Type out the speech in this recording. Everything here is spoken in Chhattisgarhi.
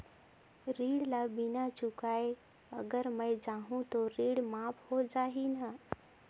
ऋण ला बिना चुकाय अगर मै जाहूं तो ऋण माफ हो जाही न?